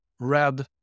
Red